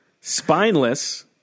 spineless